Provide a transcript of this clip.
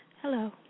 Hello